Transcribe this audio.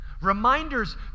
Reminders